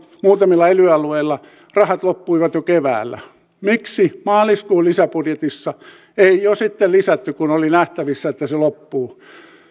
muutamilla ely alueilla rahat loppuivat jo keväällä miksi maaliskuun lisäbudjetissa ei jo sitten lisätty kun oli nähtävissä että se loppuu